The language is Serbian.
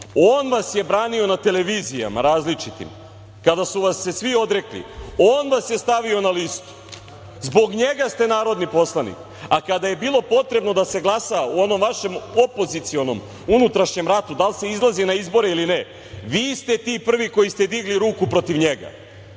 On vas je branio na televizijama različitim kada su vas se svi odrekli. On vas je stavio na listu. Zbog njega ste narodni poslanik. Kada je bilo potrebno da se glasa u onom vašem opozicionom, unutrašnjem ratu, da li se izlazi na izbore ili ne, vi ste ti prvi koji ste digli ruku protiv njega,